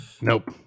Nope